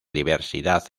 diversidad